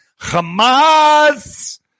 Hamas